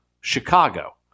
Chicago